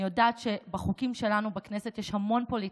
אני יודעת שבחוקים שלנו בכנסת יש המון פוליטיקה.